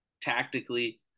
tactically